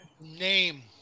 name